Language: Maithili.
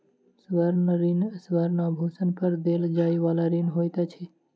स्वर्ण ऋण स्वर्ण आभूषण पर देल जाइ बला ऋण होइत अछि